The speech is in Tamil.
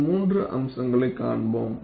அதன் மூன்று அம்சங்களைக் காண்போம்